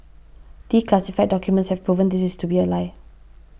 declassified documents have proven this to be a lie